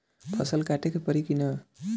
फसल काटे के परी कि न?